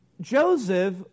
Joseph